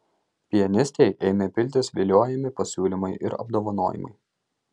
pianistei ėmė piltis viliojami pasiūlymai ir apdovanojimai